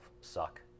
suck